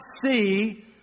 see